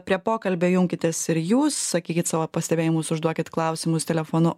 prie pokalbio junkitės ir jūs sakykit savo pastebėjimus užduokit klausimus telefonu